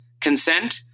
consent